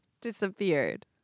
disappeared